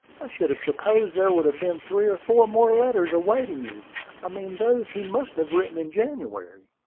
i should have supposed there would have been three or four more letters awaiting you i mean those he must have written in january.